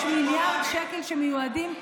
ובנוסף יש מיליארד שקל שמיועדים,